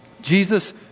Jesus